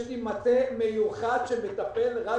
שבנושא הקורונה יש לי מטה מיוחד שמטפל רק